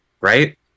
right